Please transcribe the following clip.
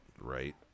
right